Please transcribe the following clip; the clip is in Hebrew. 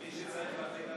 מי שצריך להתחיל לפקח,